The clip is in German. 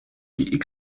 die